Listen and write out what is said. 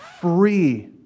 free